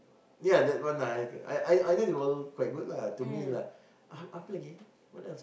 ya that one ah I I I felt it wasn't quite good lah to me lah ap~ apa lagi eh what else ah